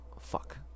Fuck